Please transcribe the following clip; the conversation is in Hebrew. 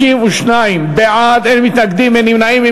52 בעד, אין מתנגדים, אין נמנעים.